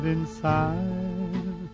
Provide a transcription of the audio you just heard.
Inside